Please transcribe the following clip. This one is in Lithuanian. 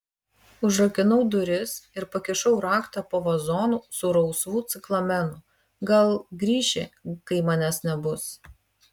užrakinau duris ir pakišau raktą po vazonu su rausvu ciklamenu gal grįši kai manęs nebus